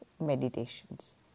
meditations